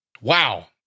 Wow